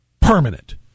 permanent